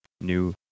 new